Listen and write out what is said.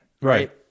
right